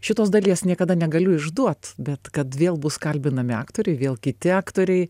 šitos dalies niekada negaliu išduot bet kad vėl bus kalbinami aktoriai vėl kiti aktoriai